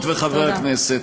חברות וחברי הכנסת,